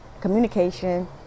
communication